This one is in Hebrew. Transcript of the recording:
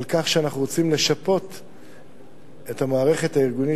שאנחנו רוצים לשפות את המערכת הארגונית